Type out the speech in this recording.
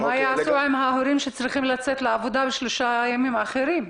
ומה יעשו עם ההורים שצריכים לצאת לעבודה בשלושה הימים האחרים?